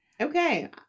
Okay